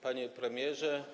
Panie Premierze!